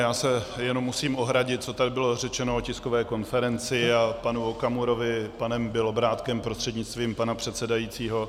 Já se jenom musím ohradit, co tady bylo řečeno o tiskové konferenci a panu Okamurovi panem Bělobrádkem prostřednictvím pana předsedajícího.